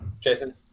Jason